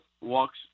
walks